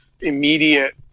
immediate